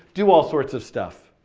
do all sorts of stuff.